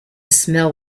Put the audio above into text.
smell